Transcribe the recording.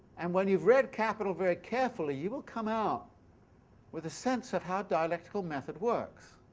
and when you've read capital very carefully you will come out with a sense of how dialectical method works.